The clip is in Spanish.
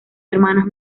hermanas